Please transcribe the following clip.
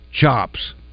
chops